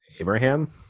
Abraham